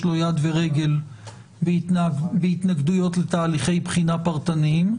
לו יד ורגל בהתנגדויות לתהליכי בחינה פרטניים.